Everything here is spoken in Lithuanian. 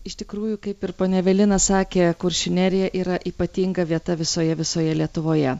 iš tikrųjų kaip ir ponia evelina sakė kuršių nerija yra ypatinga vieta visoje visoje lietuvoje